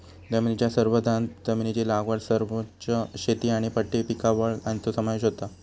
जमनीच्या संवर्धनांत जमनीची लागवड समोच्च शेती आनी पट्टी पिकावळ हांचो समावेश होता